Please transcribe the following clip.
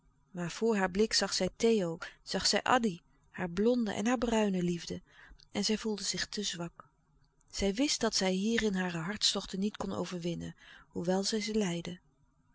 voor haar blik zag zij theo zag zij addy haar blonde en haar bruine liefde en zij voelde zich te zwak zij wist dat zij hierin hare hartstochten niet kon overwinnen hoewel zij ze leidde